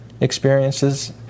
experiences